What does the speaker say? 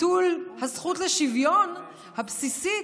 ביטול הזכות לשוויון הבסיסית,